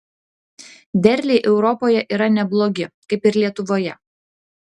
derliai europoje yra neblogi kaip ir lietuvoje